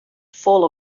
fall